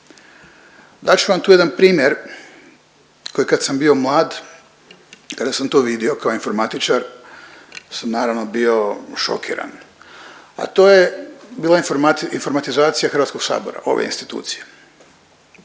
Dat ću vam tu jedan primjer koji, kad sam bio mlad i kada sam to vidio kao informatičar sam, naravno, bio šokiran, a to je bila informatizacija HS-a, ove institucije.